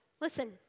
Listen